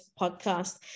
podcast